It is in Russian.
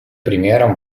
примером